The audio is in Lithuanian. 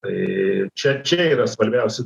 tai čia čia yra svarbiausi